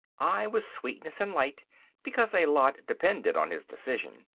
i was sweetness and light because a lot depended on his decision.